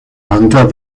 hunter